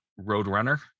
Roadrunner